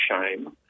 shame